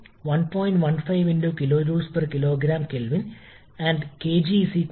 അവരുടെ ആവിഷ്കാരങ്ങളിൽ നിന്നും ഇത് തെളിയിക്കാനാകും